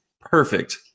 perfect